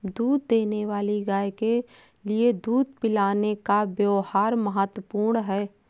दूध देने वाली गाय के लिए दूध पिलाने का व्यव्हार महत्वपूर्ण है